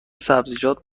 سبزیجات